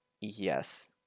Yes